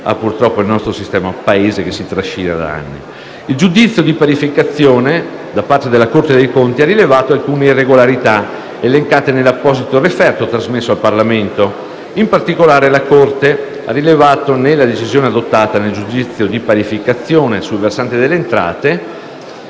Il giudizio di parificazione da parte della Corte dei conti ha rilevato alcune irregolarità elencate nell'apposito referto trasmesso al Parlamento. In particolare, la Corte dei conti ha rilevato, nella decisione adottata nel giudizio di parificazione, sul versante delle entrate,